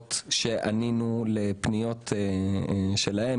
שיחות של פניות שלהם.